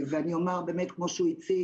כמו שהוא הציג,